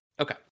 okay